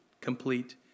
complete